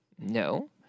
No